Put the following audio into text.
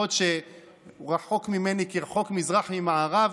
למרות שהוא רחוק ממני כרחוק מזרח ממערב,